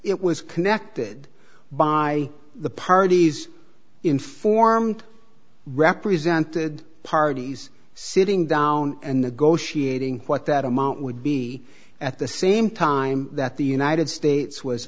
it was connected by the parties informed represented parties sitting down and negotiate ing what that amount would be at the same time that the united states was